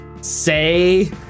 say